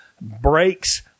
breaks